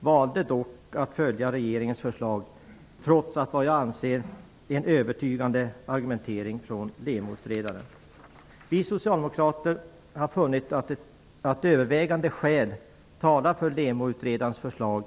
valde dock att följa regeringens förslag, trots att vad jag anser var en övertygande argumentering från LEMO-utredaren. Vi socialdemokrater har funnit att övervägande skäl talar för LEMO-utredarens förslag.